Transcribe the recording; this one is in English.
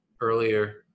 earlier